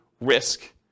risk